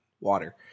water